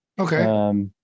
Okay